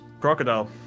Crocodile